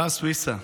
לידר סוויסה,